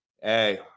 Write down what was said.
Hey